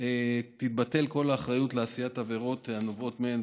תתבטל כל האחריות לעשיית עבירות הנובעות מהן,